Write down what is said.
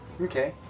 Okay